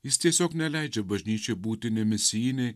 jis tiesiog neleidžia bažnyčiai būti nemisijinei